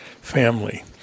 family